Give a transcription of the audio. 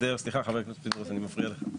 חבר הכנסת פינדרוס, סליחה, אני מפריע לך.